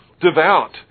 Devout